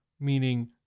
meaning